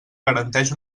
garanteix